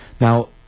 Now